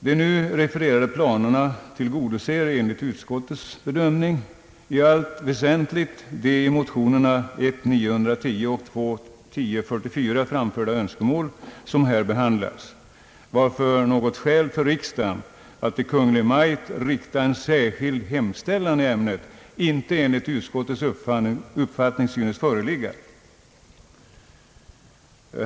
De nu refererade planerna tillgodoser enligt utskottets bedömning i allt väsentligt de i motionerna 1: 910 och II: 1044 framförda önskemål som här behandlas, varför något skäl för riksdagen att till Kungl. Maj:t rikta en särskild hemställan i ämnet enligt utskottets uppfattning inte synes föreligga.